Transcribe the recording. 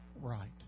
right